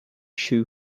shoe